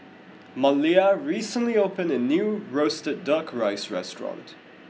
Maleah recently opened a new roasted duck rice restaurant